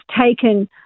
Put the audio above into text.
taken